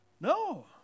No